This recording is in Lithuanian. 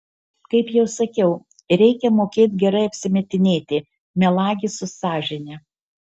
kaip jau sakiau reikia mokėt gerai apsimetinėti melagis su sąžine